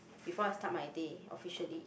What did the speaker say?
before I start my day officially